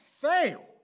fail